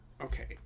okay